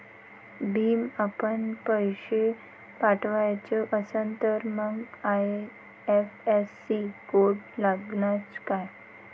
भीम ॲपनं पैसे पाठवायचा असन तर मंग आय.एफ.एस.सी कोड लागनच काय?